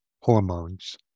hormones